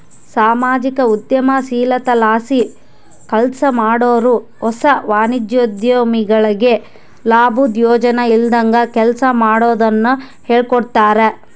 ಸಾಮಾಜಿಕ ಉದ್ಯಮಶೀಲತೆಲಾಸಿ ಕೆಲ್ಸಮಾಡಾರು ಹೊಸ ವಾಣಿಜ್ಯೋದ್ಯಮಿಗಳಿಗೆ ಲಾಬುದ್ ಯೋಚನೆ ಇಲ್ದಂಗ ಕೆಲ್ಸ ಮಾಡೋದುನ್ನ ಹೇಳ್ಕೊಡ್ತಾರ